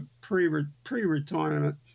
pre-retirement